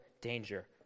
danger